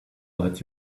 let